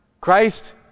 Christ